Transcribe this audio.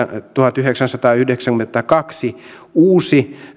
tuhatyhdeksänsataayhdeksänkymmentäkaksi uusi